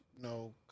no